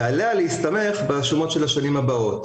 ועליה להסתמך בשומות של השנים הבאות.